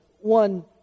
one